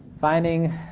finding